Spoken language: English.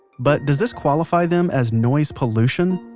but does this qualify them as noise pollution?